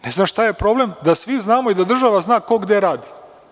Ne znam šta je problem da svi znamo i da država zna ko gde radi?